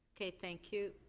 okay, thank you.